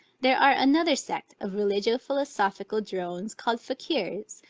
there are another sect of religio-philosophical drones, called fakiers,